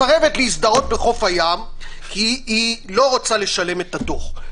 מסרבת להזדהות בחוף הים כי היא לא רוצה לשלם את הדוח,